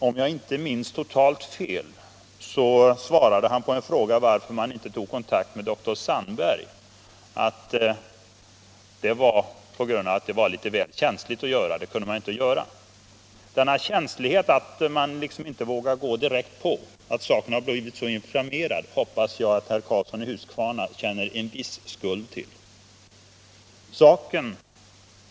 Om jag inte minns totalt fel, svarade professor Åberg på en fråga om varför man inte tog kontakt med dr Sandberg, att man inte kunde göra det därför det var litet väl känsligt. Jag hoppar att herr Karlsson i Huskvarna känner en viss skuld till att frågan blivit så känslig och inflammerad att man inte vågar gå öppet till väga.